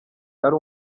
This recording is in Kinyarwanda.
ari